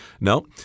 No